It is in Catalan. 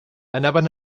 anaven